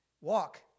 Walk